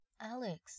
Alex